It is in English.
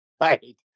right